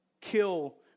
kill